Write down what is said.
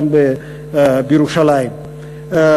כאן בירושלים.